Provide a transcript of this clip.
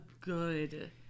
good